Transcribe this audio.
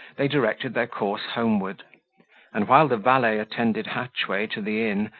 they directed their course homeward and while the valet attended hatchway to the inn,